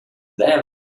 them